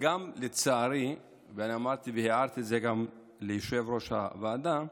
לצערי, ואמרתי והערתי על זה ליושב-ראש הוועדה,